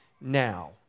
now